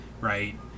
right